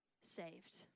saved